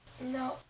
No